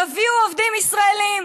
תביאו עובדים ישראלים.